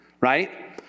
right